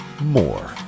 more